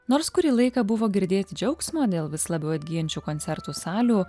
nors kurį laiką buvo girdėti džiaugsmo dėl vis labiau atgyjančių koncertų salių